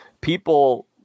People